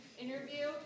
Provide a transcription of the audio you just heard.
interview